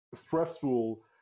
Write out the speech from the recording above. stressful